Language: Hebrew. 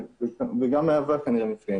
וגם מהווה כנראה מפגע,